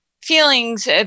feelings